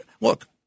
Look